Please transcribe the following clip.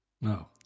No